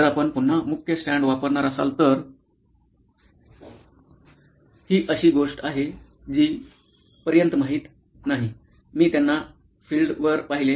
जर आपण पुन्हा मुख्य स्टँड वापरणार असाल तर ही अशी गोष्ट आहे जी पर्यंत माहित नाही मी त्यांना फिएल्डवर पाहिले